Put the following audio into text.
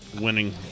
winning